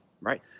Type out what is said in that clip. right